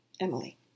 Emily